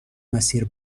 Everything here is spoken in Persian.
مسیر